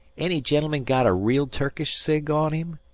any gen'elman got a real turkish cig on him?